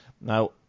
Now